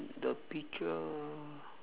the picture